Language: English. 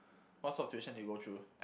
what sort of tuition do you go through